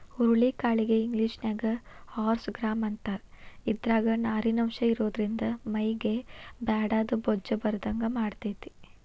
ಹುರುಳಿ ಕಾಳಿಗೆ ಇಂಗ್ಲೇಷನ್ಯಾಗ ಹಾರ್ಸ್ ಗ್ರಾಂ ಅಂತಾರ, ಇದ್ರಾಗ ನಾರಿನಂಶ ಇರೋದ್ರಿಂದ ಮೈಗೆ ಬ್ಯಾಡಾದ ಬೊಜ್ಜ ಬರದಂಗ ಮಾಡ್ತೆತಿ